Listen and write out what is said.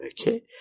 Okay